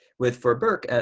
with for burke,